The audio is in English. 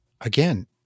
again